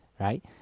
Right